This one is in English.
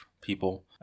people